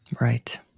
Right